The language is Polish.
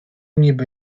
niby